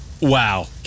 Wow